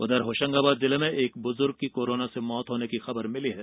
उधर होशंगाबाद जिले में एक बुजूर्ग की कोरोना से मौत होने की खबर है